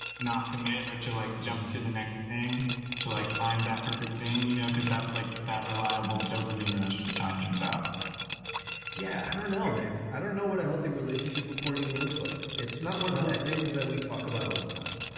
not commit or to like jump to the next thing to like find that perfect thing, you know, because that's like that reliable dopamine rush you're talking about yeah. i don't know then i don't know what a healthy relationship important ah point even looks like. it's not one of those things that we talk about all the time.